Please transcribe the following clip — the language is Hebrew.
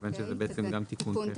מכיוון שזה בעצם גם תיקון.